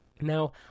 Now